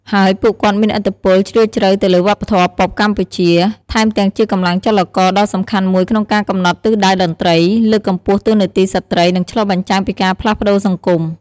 ហើយពួកគាត់មានឥទ្ធិពលជ្រាលជ្រៅទៅលើវប្បធម៌ប៉ុបកម្ពុជា ថែមទាំងជាកម្លាំងចលករដ៏សំខាន់មួយក្នុងការកំណត់ទិសដៅតន្ត្រី លើកកម្ពស់តួនាទីស្ត្រី និងឆ្លុះបញ្ចាំងពីការផ្លាស់ប្តូរសង្គម។